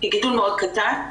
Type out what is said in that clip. גידול מאוד קטן,